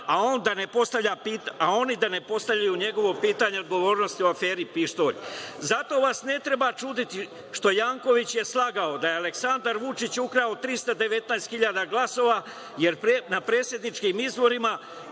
a oni da ne postavljaju njegovo pitanje odgovornosti u aferi „Pištolj“. Zato vas ne treba čuditi što je Janković slagao da je Aleksandar Vučić ukrao 319.000 glasova na predsedničkim izborima,